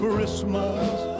Christmas